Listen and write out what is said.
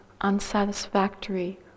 unsatisfactory